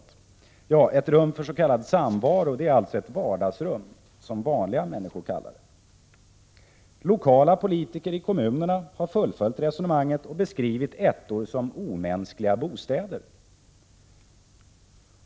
Ja, ett rum för s.k. samvaro är alltså ett vardagsrum, som vanliga människor kallar det. Politiker i kommunerna har fullföljt resonemanget och beskrivit ettor som omänskliga bostäder.